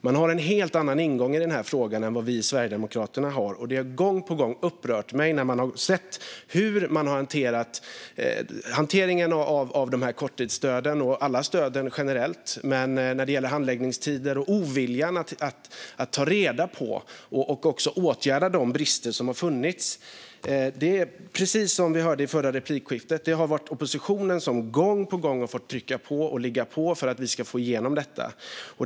Man har en helt annan ingång i frågan än Sverigedemokraterna. Hanteringen av korttidsstöden och alla stöden generellt har gång på gång upprört mig. Det gäller handläggningstider och oviljan att ta reda på och åtgärda de brister som har funnits. Precis som vi hörde i förra replikskiftet har oppositionen gång på gång fått trycka på och ligga på för att få igenom detta.